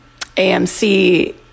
AMC